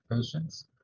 patients